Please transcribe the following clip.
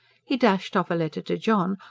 he dashed off a letter to john,